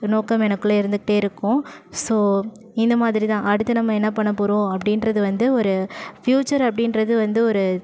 நோக்கம் எனக்குள்ளே இருந்துக்கிட்டே இருக்கும் ஸோ இந்தமாதிரி தான் அடுத்து நம்ம என்ன பண்ண போகிறோம் அப்படின்றது வந்து ஒரு ஃப்யூச்சர் அப்படின்றது வந்து ஒரு